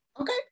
Okay